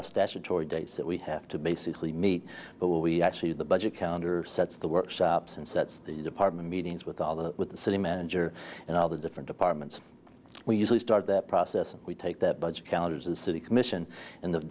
of statutory dates that we have to basically meet but we actually have the budget counter sets the workshops and sets the department meetings with all the with the city manager and all the different departments we usually start that process we take that budget calendar to the city commission in the